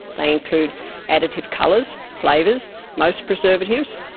they include additive colours, flavours most preservatives,